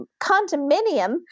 condominium